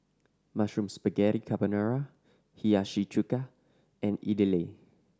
Mushroom Spaghetti Carbonara Hiyashi Chuka and Idili